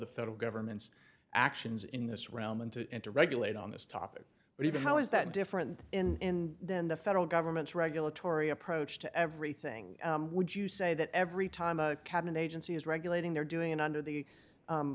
the federal government's actions in this realm and to and to regulate on this topic but even how is that different in then the federal government's regulatory approach to everything would you say that every time a cabinet agency is regulating they're doing it under the